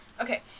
Okay